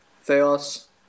theos